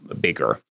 bigger